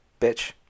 bitch